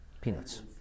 peanuts